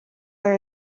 are